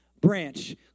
branch